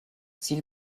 ziel